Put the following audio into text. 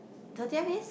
thirtieth is